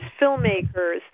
filmmakers